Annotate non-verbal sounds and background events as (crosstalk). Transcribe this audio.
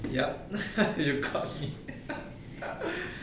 yup (laughs) you caught me (laughs)